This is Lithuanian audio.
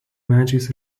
medžiais